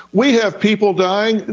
we have people dying.